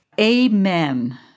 Amen